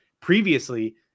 previously